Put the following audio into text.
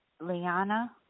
Liana